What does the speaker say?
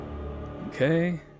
okay